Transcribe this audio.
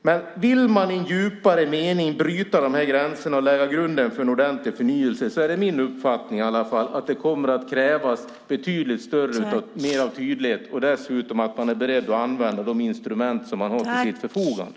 Men om man i en djupare mening vill bryta upp de här gränserna och lägga grunden för en ordentlig förnyelse kommer det - det är i alla fall min uppfattning - att krävas betydligt mer tydlighet och att man är beredd att använda de instrument som man har till sitt förfogande.